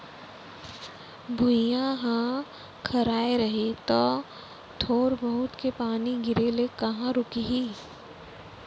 भुइयॉं ह खराय रही तौ थोर बहुत के पानी गिरे ले कहॉं रूकही